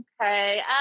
okay